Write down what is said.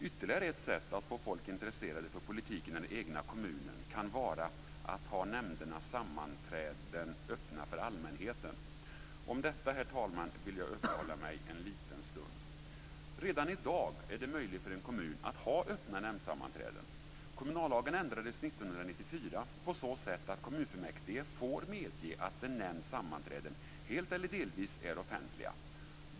Ytterligare ett sätt att få folk intresserade av politiken i den egna kommunen kan vara att ha nämndernas sammanträden öppna för allmänheten. Vid detta, herr talman, vill jag uppehålla mig en liten stund. Redan i dag är det möjligt för en kommun att ha öppna nämndsammanträden. Kommunallagen ändrades 1994 på så sätt att kommunfullmäktige får medge att en nämnds sammanträden helt eller delvis är offentliga.